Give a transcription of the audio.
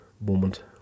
moment